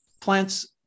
plants